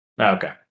Okay